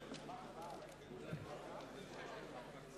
ההסתייגויות של חבר הכנסת